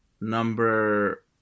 Number